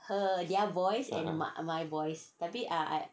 (uh huh)